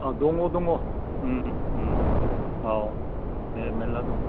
औ दङ दङ उम उम औ मे मेरला दं